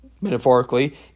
metaphorically